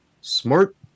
smart